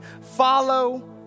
follow